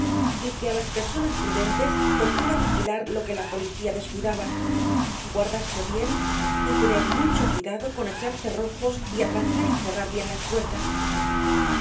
y que á las personas prudentes tocaba vigilar lo que la policía descuidaba guardarse bien y tener mucho cuidado con echar cerrojos y atrancar y cerrar bien las puertas